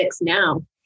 now